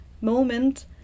moment